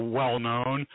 well-known